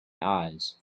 eyes